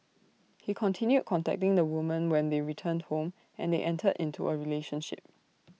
he continued contacting the woman when they returned home and they entered into A relationship